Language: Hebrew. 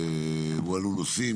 הועלו נושאים,